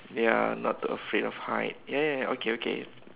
ya not to afraid of height ya ya ya okay okay